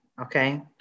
okay